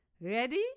Ready